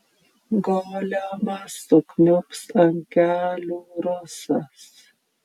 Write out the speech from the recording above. golemas sukniubs ant kelių rusas